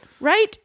right